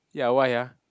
ya why ah